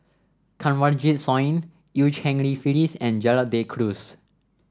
Kanwaljit Soin Eu Cheng Li Phyllis and Gerald De Cruz